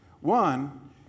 One